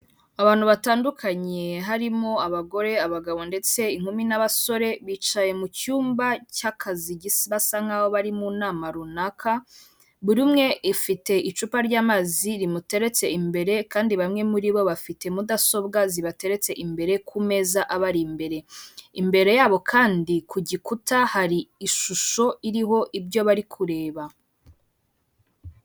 Abantu batandukanye harimo abagore, abagabo ndetse inkumi n'abasore bicaye mu cyumba cy'akazi basa nk'aho bari mu nama runaka buri umwe ifite icupa ry'amazi rimuteretse imbere kandi bamwe muri bo bafite mudasobwa zibateretse imbere ku meza abari imbere imbere yabo kandi ku gikuta hari ishusho iriho ibyo bari kureba.